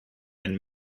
and